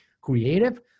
Creative